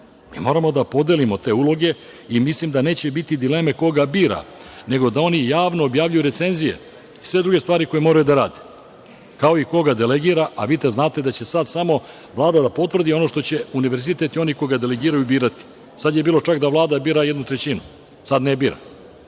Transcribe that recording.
Mi moramo da podelimo te uloge i mislim da neće biti dileme ko ga bira, nego da oni javno objavljuju recenzije i sve druge stvari koje moraju da rade, kao i ko ga delegira, a vi da znate samo da će vama da potvrdi ono što će univerzitet i oni koji ga delegiraju birati. Sada je bilo čak da Vlada bira jednu trećinu, a sada ne bira. Tako